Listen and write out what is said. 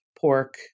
pork